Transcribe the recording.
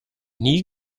nie